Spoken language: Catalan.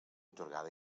atorgada